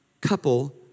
couple